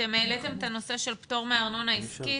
אתם העליתם את הנושא של פטור מארנונה עסקית.